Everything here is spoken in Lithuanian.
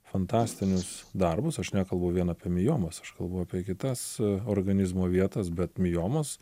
fantastinius darbus aš nekalbu vien apie miomas aš kalbu apie kitas organizmo vietas bet miomos